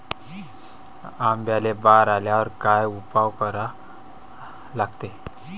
आंब्याले बार आल्यावर काय उपाव करा लागते?